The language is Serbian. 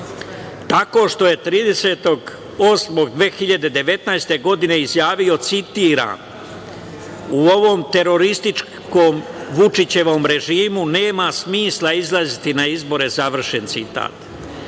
tako što je 30.8.2019. godine izjavio, citiram – u ovom terorističkom Vučićevom režimu nema smisla izlaziti na izbore, završen citat.